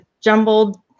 jumbled